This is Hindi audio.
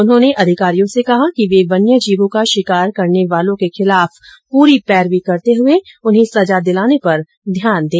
उन्होंने अधिकारियों से कहा कि वे वन्य जीवों का शिकार करने वालों के खिलाफ पूरी पैरवी करते हुए उन्हें सजा दिलाने पर ध्यान दें